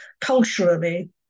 culturally